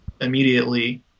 immediately